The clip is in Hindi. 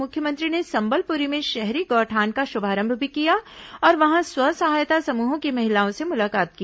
मुख्यमंत्री ने संबलपुरी में शहरी गौठान का शुभारंभ भी किया और वहां स्व सहायता समूहों की महिलाओं से मुलाकात की